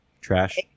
trash